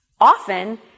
often